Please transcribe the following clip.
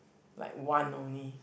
like one only